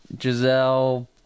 Giselle